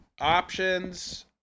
options